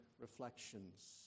reflections